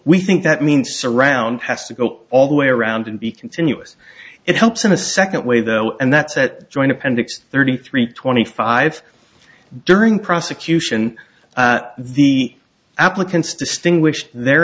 we think that means surround has to go all the way around and be continuous it helps in a second way though and that's at joint appendix thirty three twenty five during prosecution the applicants distinguish the